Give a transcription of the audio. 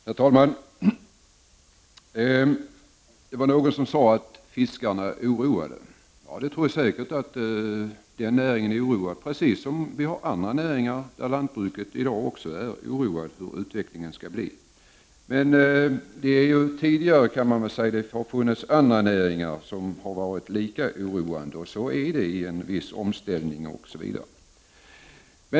Herr talman! Det var någon som sade att fiskarna är oroade. Jag tror säkert att den näringen är oroad, precis som andra näringar, t.ex. lantbruket, är oroade för utvecklingen. Det har även tidigare funnits näringar som har varit lika oroade — det brukar vara så under en omställning.